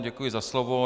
Děkuji za slovo.